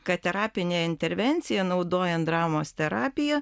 kad terapinė intervencija naudojant dramos terapiją